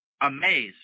amazed